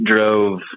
drove